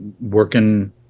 working